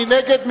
מי נגד?